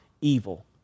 evil